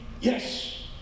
Yes